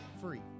free